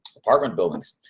apartment buildings,